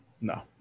no